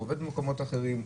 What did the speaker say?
הוא עובד במקומות אחרים,